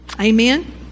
Amen